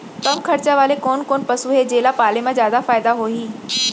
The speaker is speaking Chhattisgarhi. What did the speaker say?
कम खरचा वाले कोन कोन पसु हे जेला पाले म जादा फायदा होही?